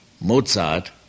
Mozart